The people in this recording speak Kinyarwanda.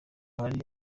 hari